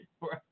right